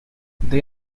they